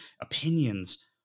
opinions